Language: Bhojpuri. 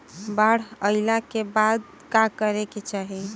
बाढ़ आइला के बाद का करे के चाही?